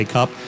Cup